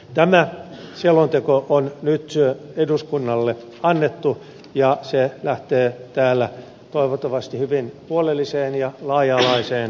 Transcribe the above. tämä selonteko on nyt eduskunnalle annettu ja se lähtee täällä toivottavasti hyvin huolelliseen ja laaja alaiseen käsittelyyn